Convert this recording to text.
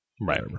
Right